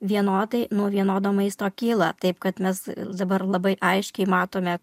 vienodai nuo vienodo maisto kyla taip kad mes dabar labai aiškiai matome